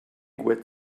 wet